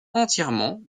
entièrement